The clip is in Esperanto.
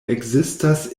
ekzistas